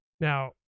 now